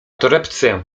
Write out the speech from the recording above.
torebce